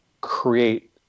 create